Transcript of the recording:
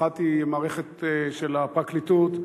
אחת היא המערכת של הפרקליטות,